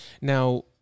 now